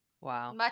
Wow